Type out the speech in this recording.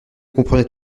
comprenait